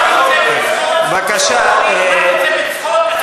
אני אמרתי את זה בצחוק.